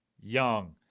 Young